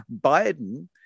Biden